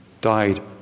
died